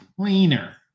cleaner